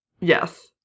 Yes